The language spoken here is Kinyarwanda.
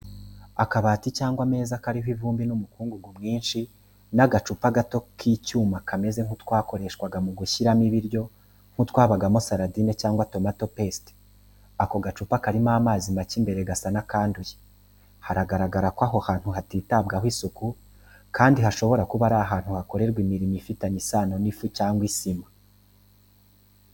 Akabati cyangwa ameza kariho ivumbi n’umukungugu mwinshi, n’agacupa gato k’icyuma kameze nk’utwakoreshwaga mu gushyiramo ibiryo nk’utwabamo sardines cyangwa tomato paste. Ako gacupa karimo amazi make imbere, gasa n’akanduye. Haragaragara ko aho hantu hatitabwaho isuku, kandi hashobora kuba ari ahantu hakorerwa imirimo ifitanye isano n’ifu cyangwa isima.